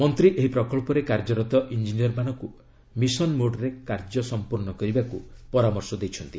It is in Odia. ମନ୍ତ୍ରୀ ଏହି ପ୍ରକଳ୍ପରେ କାର୍ଯ୍ୟରତ ଇଞ୍ଜିନିୟର୍ମାନଙ୍କୁ ମିଶନ୍ ମୋଡ଼୍ରେ କାର୍ଯ୍ୟ ସମ୍ପର୍ଷ୍ଣ କରିବାକୁ ପରାମର୍ଶ ଦେଇଛନ୍ତି